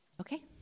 Okay